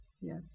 yes